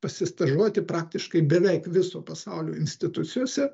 pasistažuoti praktiškai beveik viso pasaulio institucijose